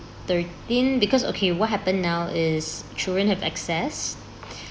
thirteen because okay what happen now is children have access